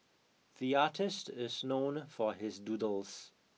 the artist is known for his doodles